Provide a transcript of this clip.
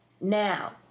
Now